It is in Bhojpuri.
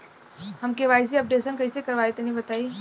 हम के.वाइ.सी अपडेशन कइसे करवाई तनि बताई?